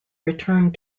returned